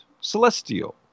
Celestial